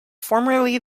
formerly